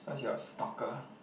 cause you're a stalker